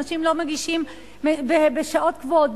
אנשים לא מגישים בשעות קבועות,